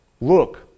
Look